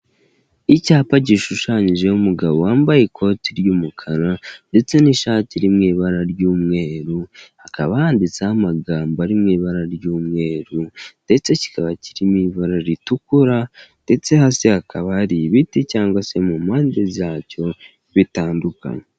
Icyapa gishushanyijeho umugabo wambaye ikoti ry'umukara ndetse n'ishati iri mu ibara ry'umweru, hakaba handitseho amagambo ari mu ibara ry'umweru ndetse kikaba kiririmo ibara ritukura, ndetse hasi hakaba hari ibiti cyangwa se mu mpande zacyo bitandukanye.